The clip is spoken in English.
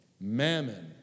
Mammon